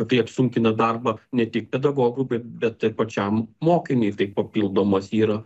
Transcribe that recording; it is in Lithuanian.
kad tai apsunkina darbą ne tik pedagogui be bet ir pačiam mokiniui tai papildomas yra